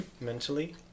Mentally